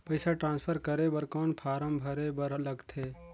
पईसा ट्रांसफर करे बर कौन फारम भरे बर लगथे?